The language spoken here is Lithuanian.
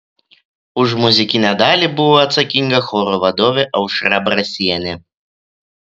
už muzikinę dalį buvo atsakinga choro vadovė aušra brasienė